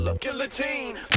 guillotine